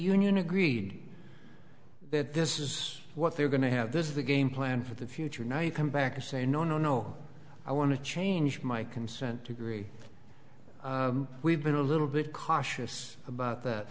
union agreed that this is what they're going to have this is the game plan for the future now you come back and say no no no i want to change my consent decree we've been a little bit cautious about that